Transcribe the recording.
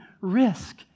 risk